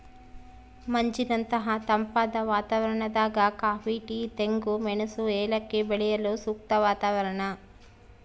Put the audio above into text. ಮಂಜಿನಂತಹ ತಂಪಾದ ವಾತಾವರಣದಾಗ ಕಾಫಿ ಟೀ ತೆಂಗು ಮೆಣಸು ಏಲಕ್ಕಿ ಬೆಳೆಯಲು ಸೂಕ್ತ ವಾತಾವರಣ